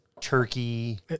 turkey